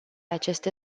aceste